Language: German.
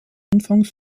anfangs